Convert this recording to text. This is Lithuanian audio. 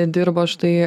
dirbo štai